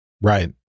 Right